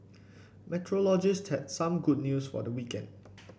meteorologists had some good news for the weekend